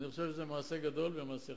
אני חושב שזה מעשה גדול ומעשה חכם.